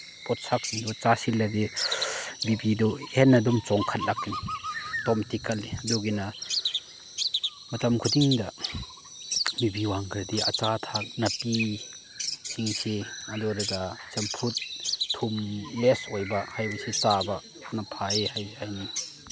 ꯄꯣꯠꯁꯛꯁꯤꯡꯗꯣ ꯆꯥꯁꯤꯜꯂꯗꯤ ꯕꯤ ꯄꯤꯗꯨ ꯍꯦꯟꯅꯗꯨꯝ ꯆꯣꯡꯈꯠꯂꯛꯀꯅꯤ ꯇꯣꯝꯇꯤꯀꯜꯂꯤ ꯑꯗꯨꯒꯤꯅ ꯃꯇꯝ ꯈꯨꯗꯤꯡꯗ ꯕꯤ ꯄꯤ ꯋꯥꯡꯈ꯭ꯔꯗꯤ ꯑꯆꯥ ꯑꯊꯛ ꯅꯥꯄꯤ ꯁꯤꯡꯁꯤ ꯑꯗꯨ ꯑꯣꯏꯔꯒ ꯆꯝꯐꯨꯠ ꯊꯨꯝ ꯂꯦꯁ ꯑꯣꯏꯕ ꯍꯥꯏꯕꯁꯤ ꯆꯥꯕꯅ ꯐꯩ ꯍꯥꯏꯕꯁꯤ ꯍꯥꯏꯅꯤꯡꯉꯤ